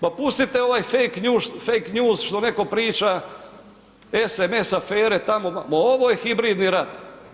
Pa pustite ovaj fake news što netko priča, SMS afere, tamo, ma ovo je hibridni rat.